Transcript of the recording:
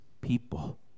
people